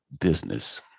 business